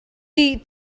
tih